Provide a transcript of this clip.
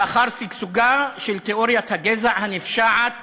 לאחר שגשוגה של תיאוריית הגזע הנפשעת